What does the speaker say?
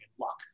luck